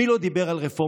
מי לא דיבר על הרפורמה?